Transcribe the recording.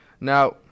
Now